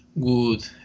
good